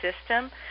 system